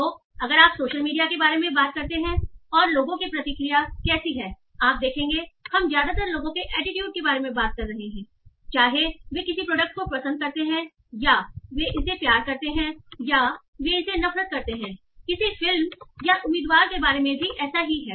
तो अगर आप सोशल मीडिया के बारे में बात करते हैं और लोगों की प्रतिक्रिया कैसी हैआप देखेंगे हम ज्यादातर लोगों के एटीट्यूड के बारे में बात कर रहे हैंचाहे वे किसी प्रोडक्ट को पसंद करते हैं या वे इसे प्यार करते हैं या वे इसे नफरत करते हैंकिसी फिल्म या उम्मीदवार के बारे में भी ऐसा ही है